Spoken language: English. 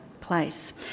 place